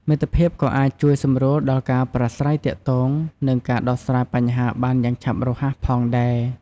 មិត្តភាពក៏អាចជួយសម្រួលដល់ការប្រាស្រ័យទាក់ទង និងការដោះស្រាយបញ្ហាបានយ៉ាងឆាប់រហ័សផងដែរ។